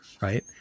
right